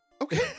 Okay